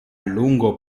lungo